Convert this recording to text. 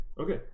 Okay